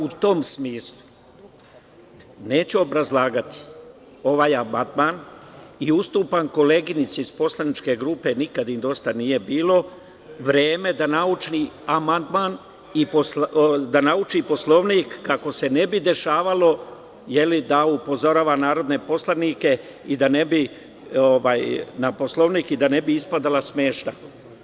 U tom smislu, neću obrazlagati ovaj amandman i ustupam koleginici iz poslaničke grupe „nikad im dosta nije bilo“ vreme da nauči Poslovnik, kako se ne bi dešavalo da upozorava narodne poslanike na Poslovnik i da ne bi ispadala smešna.